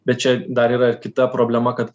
bet čia dar yra ir kita problema kad